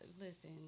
listen